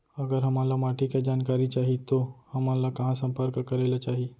अगर हमन ला माटी के जानकारी चाही तो हमन ला कहाँ संपर्क करे ला चाही?